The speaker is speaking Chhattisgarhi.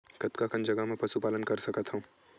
कतका कन जगह म पशु पालन कर सकत हव?